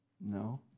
No